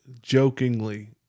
jokingly